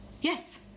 Yes